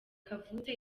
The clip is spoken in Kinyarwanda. kavutse